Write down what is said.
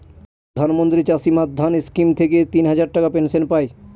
প্রধান মন্ত্রী চাষী মান্ধান স্কিম থেকে তিন হাজার টাকার পেনশন পাই